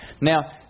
now